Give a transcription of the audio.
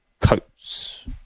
Coats